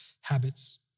habits